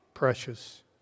precious